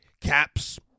caps